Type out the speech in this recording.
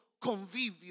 Convivio